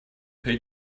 pay